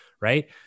right